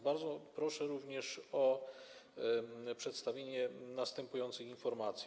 Bardzo proszę również o przedstawienie następujących informacji.